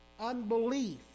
unbelief